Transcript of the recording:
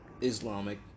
Islamic